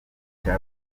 cya